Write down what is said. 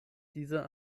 dieser